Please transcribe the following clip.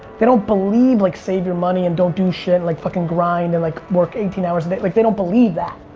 they don't believe like save your money and don't do shit and like fucking grind and like work eighteen hours a day, like they don't believe that.